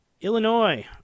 Illinois